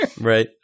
Right